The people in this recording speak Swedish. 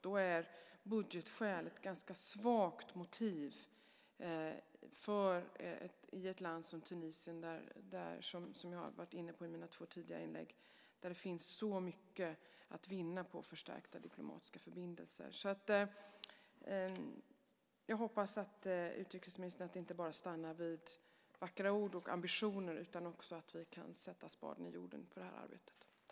Då är budgetskäl ett ganska svagt motiv i ett land som Tunisien, som jag har varit inne på i mina två tidigare inlägg, där det finns så mycket att vinna på förstärkta diplomatiska förbindelser. Jag hoppas, utrikesministern, att det inte bara stannar vid vackra ord och ambitioner utan att vi också kan sätta spaden i jorden för det här arbetet.